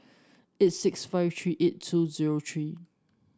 eight six five three eight two zero three